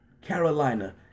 Carolina